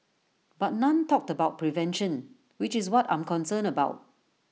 but none talked about prevention which is what I'm concerned about